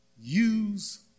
Use